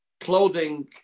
clothing